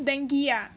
dengue ah